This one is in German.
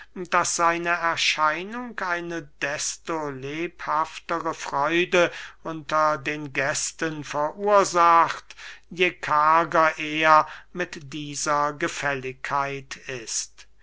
daß seine erscheinung eine desto lebhaftere freude unter den gästen verursacht je karger er mit dieser gefälligkeit ist